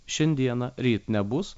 šiandieną ryt nebus